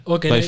Okay